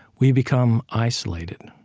we become isolated,